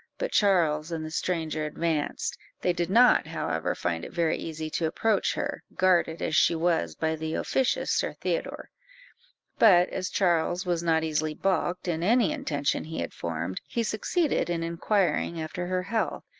but charles and the stranger advanced they did not, however, find it very easy to approach her, guarded as she was by the officious sir theodore but as charles was not easily balked in any intention he had formed, he succeeded in inquiring after her health,